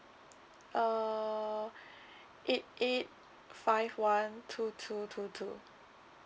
uh eight eight five one two two two two